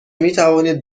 میتوانید